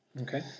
Okay